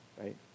right